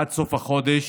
עד סוף החודש,